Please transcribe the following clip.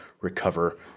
recover